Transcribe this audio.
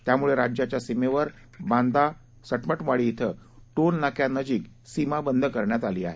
त्यामुळे राज्याच्या सीमेवर बांदा सटमटवाडी क्विं टोल नाक्यानजिक सीमा बंद करण्यात आली आहे